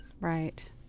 Right